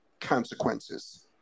consequences